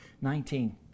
Nineteen